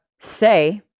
say